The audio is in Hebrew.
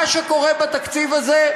מה שקורה בתקציב הזה,